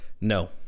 No